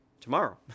tomorrow